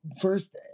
First